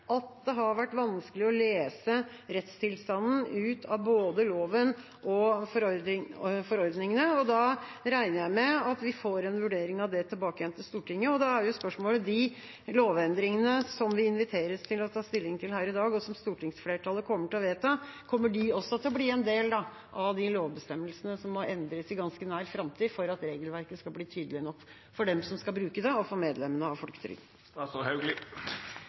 at det har vært vanskelig å lese rettstilstanden ut av både loven og forordningene. Da regner jeg med at vi får en vurdering av det tilbake til Stortinget. Da er spørsmålet når det gjelder de lovendringene som vi inviteres til å ta stilling til her i dag, og som stortingsflertallet kommer til å vedta: Kommer de også til å bli en del av de lovbestemmelsene som må endres i ganske nær framtid for at regelverket skal bli tydelig nok for dem som skal bruke det, og for medlemmene av